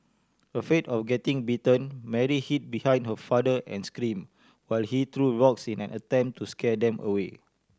afraid of getting bitten Mary hid behind her father and scream while he threw rocks in an attempt to scare them away